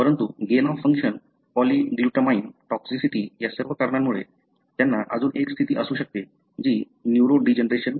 परंतु gain of function polyglutamine toxicity या सर्व कारणामुळे त्यांना अजून एक स्थिती असू शकते जी न्यूरोडीजनरेशन